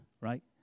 right